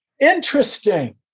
interesting